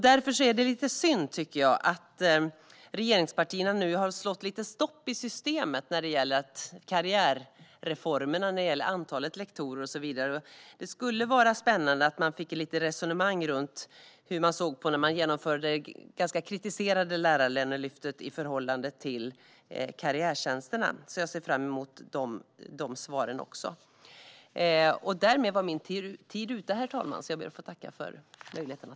Därför tycker jag att det är lite synd att regeringspartierna nu har slagit stopp i systemet när det gäller karriärreformerna, antalet lektorer och så vidare. Man genomförde ett ganska kritiserat lärarlönelyft, och det vore spännande att få höra ett resonemang om hur man såg på det i förhållande till karriärtjänsterna. De svaren ser jag också fram emot.